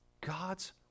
God's